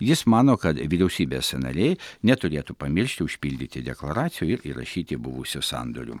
jis mano kad vyriausybės nariai neturėtų pamiršti užpildyti deklaraciją ir įrašyti buvusių sandorių